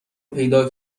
پیدا